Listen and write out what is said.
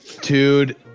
dude